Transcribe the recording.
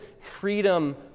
freedom